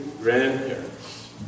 grandparents